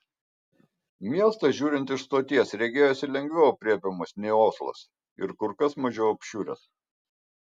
miestas žiūrint iš stoties regėjosi lengviau aprėpiamas nei oslas ir kur kas mažiau apšiuręs